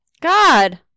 God